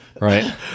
Right